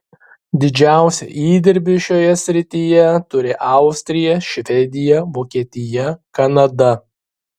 didžiausią įdirbį šioje srityje turi austrija švedija vokietija kanada